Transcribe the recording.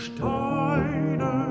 Steine